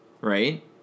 right